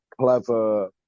clever